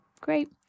Great